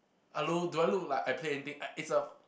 hello do I look like I play anything uh it's a